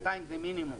200 זה מינימום.